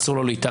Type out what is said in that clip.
אסור לו להתערב?